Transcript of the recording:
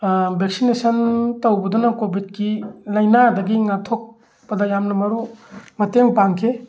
vaccination ꯇꯧꯕꯗꯨꯅ ꯀꯣꯚꯤꯠꯀꯤ ꯂꯥꯏꯅꯥꯗꯒꯤ ꯉꯥꯛꯊꯣꯛꯄꯗ ꯌꯥꯝꯅ ꯃꯔꯨ ꯃꯇꯦꯡ ꯄꯥꯡꯈꯤ